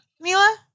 Mila